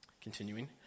continuing